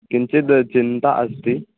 किञ्चिद् चिन्ता अस्ति